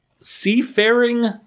seafaring